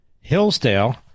Hillsdale